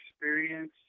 experience